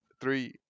three